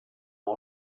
com